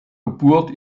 geburt